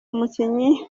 umukinyi